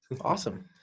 Awesome